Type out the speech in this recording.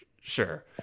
Sure